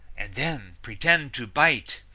and then pretend to bite,